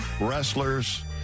wrestlers